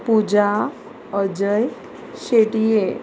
Puja Ajay Shetye